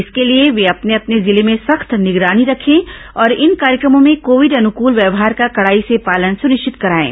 इसके लिए वे अपने अपने जिले में सख्त निगरानी रखें और इन कार्यक्रमों में कोविड अनुकूल व्यवहार का कड़ाई से पालन सुनिश्चित कराएं